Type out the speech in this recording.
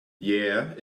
yeah